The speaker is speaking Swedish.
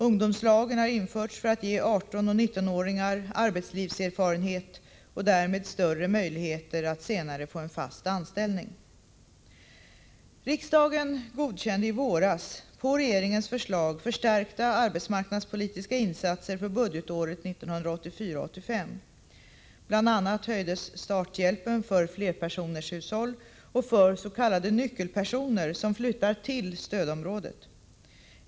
Ungdomslagen har införts för att ge 18 och 19-åringar arbetslivserfarenhet och därmed större möjligheter att senare få en fast anställning. Riksdagen godkände i våras på regeringens förslag förstärkta arbetsmarknadspolitiska insatser för budgetåret 1984/85. Bl. a. höjdes starthjälpen för flerpersonershushåll och för s.k. nyckelpersoner som flyttar till stödområdet.